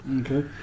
Okay